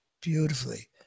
beautifully